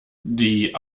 die